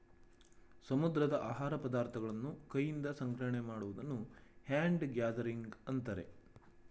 ಸಮುದ್ರದ ಆಹಾರ ಪದಾರ್ಥಗಳನ್ನು ಕೈಯಿಂದ ಸಂಗ್ರಹಣೆ ಮಾಡುವುದನ್ನು ಹ್ಯಾಂಡ್ ಗ್ಯಾದರಿಂಗ್ ಅಂತರೆ